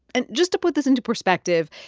and just to put this into perspective,